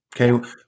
Okay